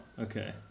Okay